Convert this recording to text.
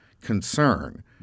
concern